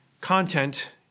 content